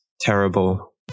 terrible